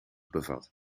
bevat